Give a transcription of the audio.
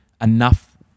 enough